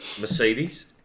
Mercedes